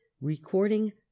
recording